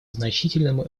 значительному